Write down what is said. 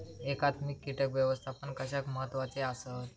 एकात्मिक कीटक व्यवस्थापन कशाक महत्वाचे आसत?